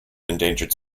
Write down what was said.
endangered